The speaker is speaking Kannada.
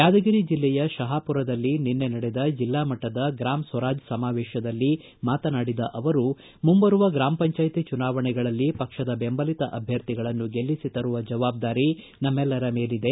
ಯಾದಗಿರಿ ಜಿಲ್ಲೆಯ ಶಹಾಪುರದಲ್ಲಿ ನಿನ್ನೆ ನಡೆದ ಜಿಲ್ಲಾ ಮಟ್ಟದ ಗ್ರಾಮ ಸ್ವರಾಜ್ ಸಮಾವೇಶದಲ್ಲಿ ಮಾತನಾಡಿದ ಅವರು ಮುಂಬರುವ ಗ್ರಾಮ ಪಂಚಾಯ್ತಿ ಚುನಾವಣೆಗಳಲ್ಲಿ ಪಕ್ಷದ ದೆಂಬಲಿತ ಅಭ್ವರ್ಥಿಗಳನ್ನು ಗೆಲ್ಲಿಸಿ ತರುವ ಜವಾಬ್ದಾರಿ ನಮ್ಮೆಲ್ಲರ ಮೇಲಿದೆ